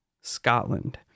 Scotland